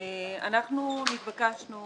אנחנו נתבקשנו